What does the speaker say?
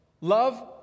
love